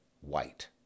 white